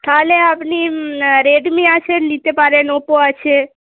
তাহলে আপনি রেডমি আছে নিতে পারেন ওপো আছে